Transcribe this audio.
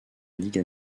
ligue